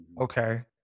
okay